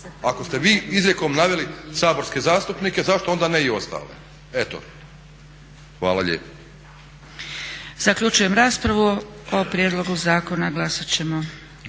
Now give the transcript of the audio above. Ako ste vi izrijekom naveli saborske zastupnike zašto onda ne i ostale. Eto, hvala lijepo.